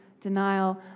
denial